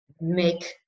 make